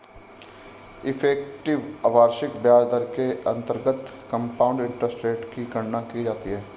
effective वार्षिक ब्याज दर के अंतर्गत कंपाउंड इंटरेस्ट रेट की गणना की जाती है